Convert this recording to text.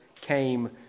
came